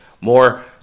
more